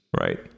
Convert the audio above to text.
right